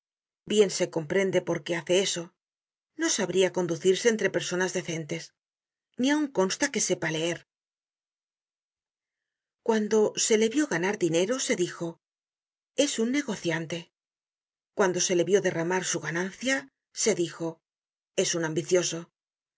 bien se comprende por qué hace eso no sabria conducirse entre personas decentes ni aun consta que sepa leer cuando se le vió ganar dinero se dijo es un negociante cuando se le vió derramar su ganancia se dijo es un ambicioso